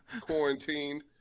quarantined